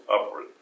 upward